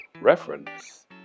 reference